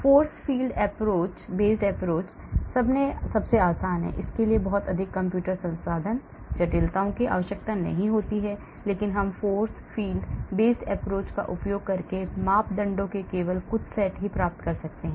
force field based approach सबसे आसान है इसके लिए बहुत अधिक कंप्यूटर संसाधनों जटिलताओं की आवश्यकता नहीं होती है लेकिन हम force field based approach का उपयोग करके मापदंडों के केवल कुछ सेट प्राप्त कर सकते हैं